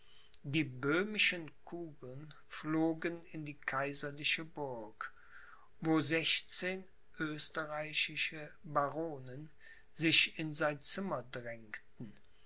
die böhmischen kugeln flogen in die kaiserliche burg wo sechzehn österreichische baronen sich in sein zimmer drängten